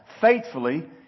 faithfully